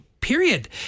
Period